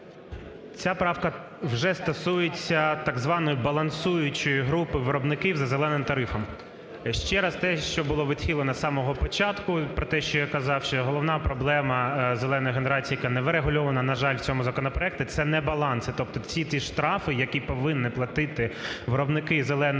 Ця правка вже стосується так званої балансуючої групи виробників за "зеленим" тарифом. Ще раз, те, що було відхилено з самого початку, про те, що я казав, що головна проблема "зеленої" генерації, яка не врегульована, на жаль, в цьому законопроекті, це небаланси, тобто ці всі штрафи, які повинні платити виробники "зеленої"